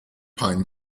pine